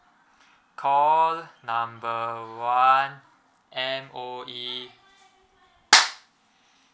call number one M_O_E